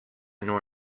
nor